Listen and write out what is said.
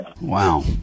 Wow